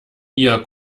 ihr